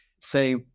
say